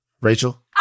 Rachel